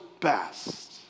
best